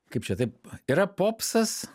kaip čia taip yra popsas